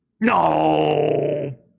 No